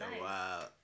Wow